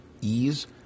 ease